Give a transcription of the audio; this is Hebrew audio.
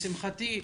לשמחתי,